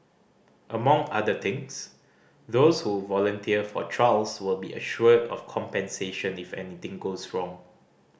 among other things those who volunteer for trials will be assured of compensation if anything goes wrong